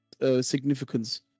Significance